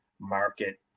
market